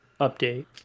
Update